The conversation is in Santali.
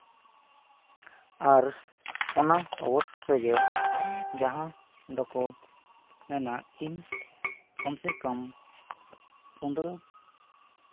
ᱟᱨ ᱚᱱᱟ ᱚᱵᱚᱛ ᱨᱮᱜᱮ ᱡᱟᱦᱟᱸ ᱫᱚᱠᱚ ᱢᱮᱱᱟ ᱤᱧ ᱠᱚᱢ ᱥᱮ ᱠᱚᱢ ᱯᱚᱸᱫᱨᱚ